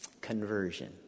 Conversion